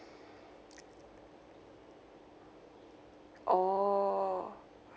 orh